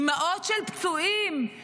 אימהות של פצועים,